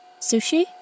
Sushi